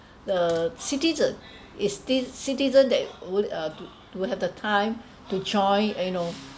the citizens is this citizens that would uh to to have the time to join you know